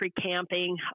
camping